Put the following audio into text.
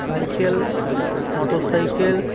cycle motorcycle